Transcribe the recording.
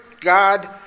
God